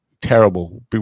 terrible